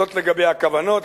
זה לגבי הכוונות.